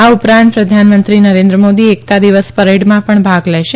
આ ઉપરાંત પ્રધાનમંત્રી નરેન્દ્ર મોદી એકતા દિવસ પરેડમાં પણ ભાગ લેશે